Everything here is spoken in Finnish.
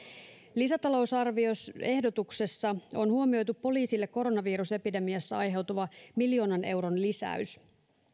lisätalousarvioehdotuksessa on huomioitu poliisille koronavirusepidemiassa aiheutuva miljoonan euron lisäys